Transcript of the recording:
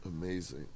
amazing